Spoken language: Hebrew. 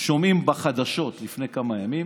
שומעים בחדשות לפני כמה ימים